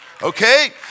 Okay